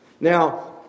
Now